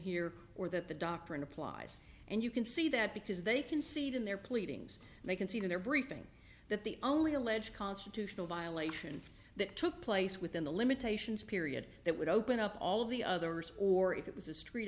here or that the doctrine applies and you can see that because they can see it in their pleadings they can see to their briefing that the only alleged constitutional violation that took place within the limitations period that would open up all of the others or if it was a street